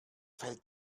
fällt